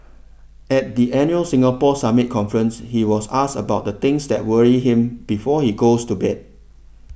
at the annual Singapore Summit conference he was asked about the things that worry him before he goes to bed